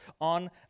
on